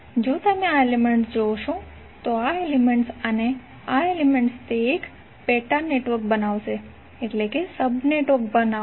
જો તમે આ એલિમેન્ટ્ જોશો તો આ એલિમેન્ટ્ અને આ એલિમેન્ટ્ તે એક પેટા નેટવર્ક બનાવશે